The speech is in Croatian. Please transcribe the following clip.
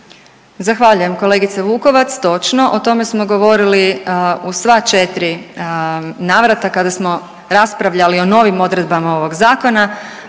Zahvaljujem kolegice Vukovac. Točno, o tome smo govorili u sva 4 navrata kada smo raspravljali o novim odredbama ovog zakona,